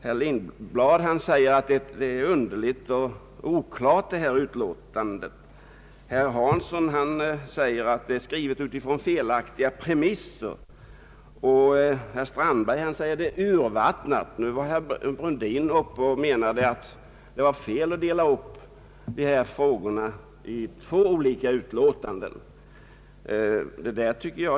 Herr Lindblad säger att detta utlåtande är underligt och oklart, herr Hansson säger att det är skrivet från felaktiga premisser, herr Strandberg säger att det är urvattnat och herr Brundin anser att det är fel att dela upp behandlingen av dessa frågor i två olika utlåtanden.